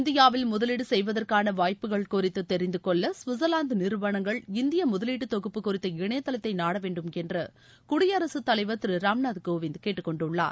இந்தியாவில் முதலீடுசெய்வதற்கானவாய்ப்புகள் குறித்துதெரிந்துகொள்ளகவிட்சர்வாந்துநிறுவனங்கள் இந்தியமுதலீட்டுதொகுப்பு குறித்த இணையதளத்தைநாடவேண்டும் என்றுகுடியரசுத் தலைவர் திருராம்நாத் கோவிந்த் கேட்டுக்கொண்டுள்ளார்